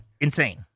Insane